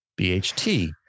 BHT